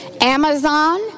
Amazon